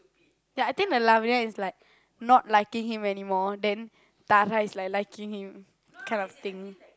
ya I think the Lavania is like not liking him anymore then Tara is like liking him